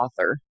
author